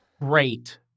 Great